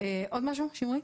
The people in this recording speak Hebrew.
עוד משהו שמרית?